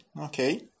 okay